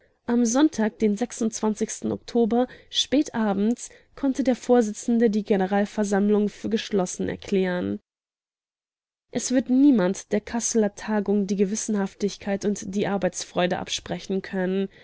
am sonntag den oktober spät abends konnte der vorsitzende die generalversammlung für geschlossen erklären es wird niemand der kasseler tagung die gewissenhaftigkeit und die arbeitsfreude absprechen können